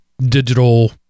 digital